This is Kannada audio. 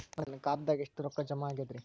ನನ್ನ ಖಾತೆದಾಗ ಎಷ್ಟ ರೊಕ್ಕಾ ಜಮಾ ಆಗೇದ್ರಿ?